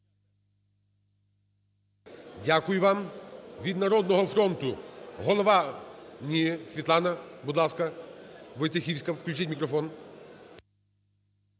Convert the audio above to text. Дякую вам. Від "Народного фронту" – голова. Ні, Світлана, будь ласка, Войцеховська, включіть мікрофон.